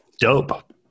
Dope